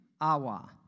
Awa